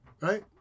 right